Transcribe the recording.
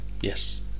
Yes